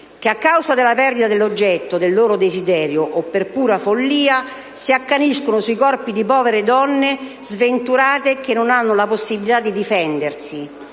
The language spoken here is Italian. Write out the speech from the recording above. che a causa della perdita dell'oggetto del loro desiderio, o per follia pura, si accaniscono sui corpi di povere donne sventurate che non hanno la possibilità di difendersi.